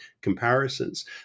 comparisons